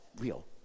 real